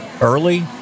early